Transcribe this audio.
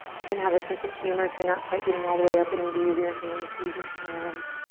you can have a sense of humor if you're not quite getting all the way up and need to use your hands, use your hands.